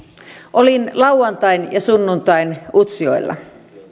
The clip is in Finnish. olin lauantain ja sunnuntain utsjoella